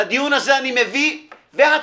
לדיון הזה אני מביא הצבעה.